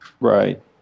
Right